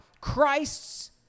Christ's